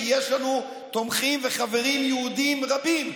כי יש לנו תומכים וחברים יהודים רבים.